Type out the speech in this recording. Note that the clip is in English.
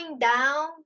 down